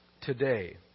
today